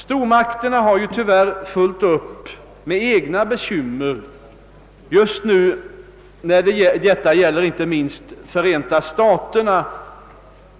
Stormakterna har ju tyvärr fullt upp med egna bekymmer just nu — detta gäller inte minst Förenta staterna